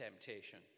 temptation